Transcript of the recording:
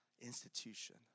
institution